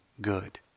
good